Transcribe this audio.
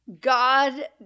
God